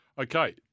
Okay